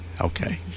Okay